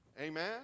Amen